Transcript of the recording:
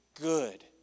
good